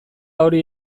hori